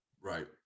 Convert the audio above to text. right